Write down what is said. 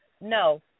no